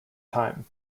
time